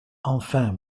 enfin